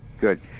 good